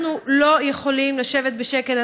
אנחנו לא יכולים לשבת בשקט.